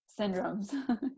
syndromes